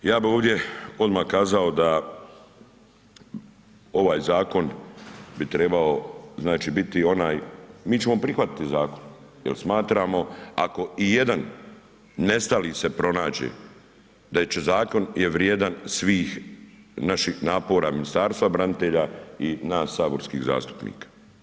Ja bih ovdje odmah kazao da ovaj zakon bi trebao znači biti onaj, mi ćemo prihvatiti zakon jer smatramo ako i jedan nestali se pronađe da je zakon vrijedan svih naših napora Ministarstva branitelja i nas saborskih zastupnika.